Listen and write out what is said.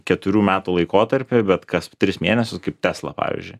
keturių metų laikotarpiu bet kas tris mėnesius kaip tesla pavyzdžiui